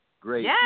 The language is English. Great